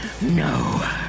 no